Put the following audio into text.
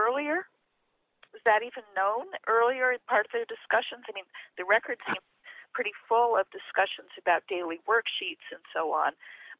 earlier was that even known earlier part of the discussions i mean the records pretty full of discussions about daily work sheets and so on